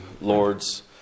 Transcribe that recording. Lord's